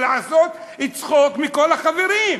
ולעשות צחוק מכל החברים.